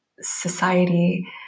society